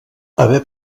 haver